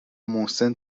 محسن